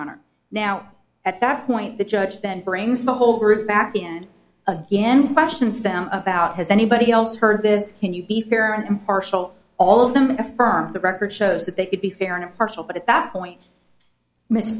honor now at that point the judge then brings the whole group back in again questions them about has anybody else heard this can you be fair and impartial all of them affirm the record shows that they could be fair and impartial but at that point m